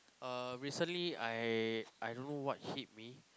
uh recently I I don't know what hit me